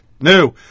new